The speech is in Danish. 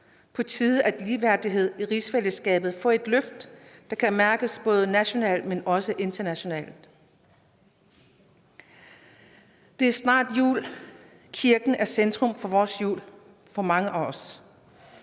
på tide, at ligeværdigheden i rigsfællesskabet får et løft, der kan mærkes både nationalt, men også internationalt. Det er snart jul. Kirken er centrum for mange